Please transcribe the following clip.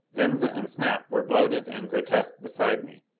venza and snap were bloated and grotesque beside me.